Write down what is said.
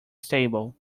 stable